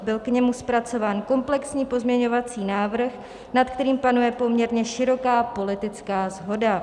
Byl k němu zpracován komplexní pozměňovací návrh, nad kterým panuje poměrně široká politická shoda.